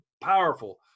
powerful